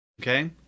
Okay